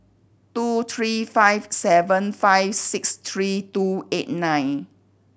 two three five seven five six three two eight nine